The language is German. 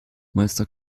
meister